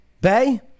Bay